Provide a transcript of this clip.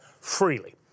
freely